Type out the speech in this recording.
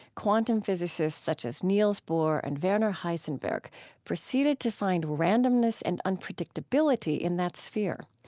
quantum physicists such as niels bohr and werner heisenberg proceeded to find randomness and unpredictability in that sphere.